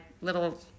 little